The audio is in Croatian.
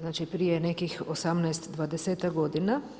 znači prije nekih 18, 20ak godina.